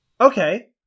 Okay